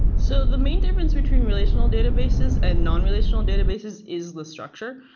so the main difference between relational databases and non-relational databases is the structure.